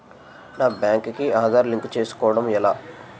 నా బ్యాంక్ కి ఆధార్ లింక్ చేసుకోవడం ఎలా?